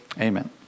Amen